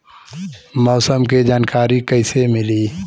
मौसम के जानकारी कैसे मिली?